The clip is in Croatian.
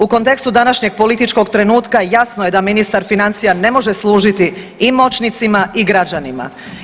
U kontekstu današnjeg političkog trenutka, jasno je da ministar financija ne može služiti i moćnicima i građanima.